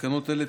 לתקנות אלה,